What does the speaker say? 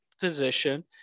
position